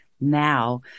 now